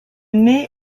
mai